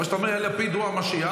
או שאתה אומר: לפיד הוא המשיח,